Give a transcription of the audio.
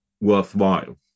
worthwhile